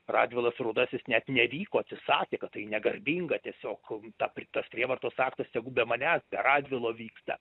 radvilas rudasis net nevyko atsisakė kad tai negarbinga tiesiog tą tas prievartos aktas tegu be manęs be radvilo vyksta